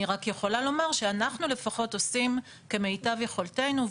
אני רק יכולה לומר שאנחנו לפחות עושים כמיטב יכולתנו.